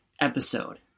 episode